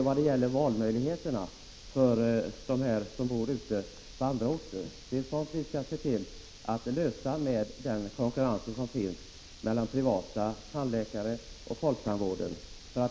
Vad gäller valmöjligheterna för dem som bor på orter och i regioner med mindre tandvårdsresurser vill jag säga att vi skall se till att lösa det problemet med hjälp av den konkurrens som finns mellan privattandläkare och folktandvården.